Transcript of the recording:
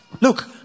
Look